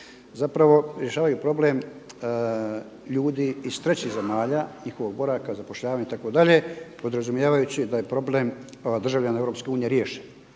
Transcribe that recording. zapravo rješavaju problem ljudi iz trećih zemalja njihovog boravka, zapošljavanja itd. podrazumijevajući da je problem državljana EU riješen.